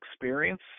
experience